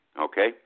Okay